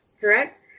correct